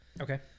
okay